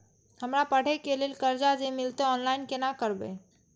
हमरा पढ़े के लेल कर्जा जे मिलते ऑनलाइन केना करबे?